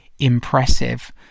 impressive